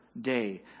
day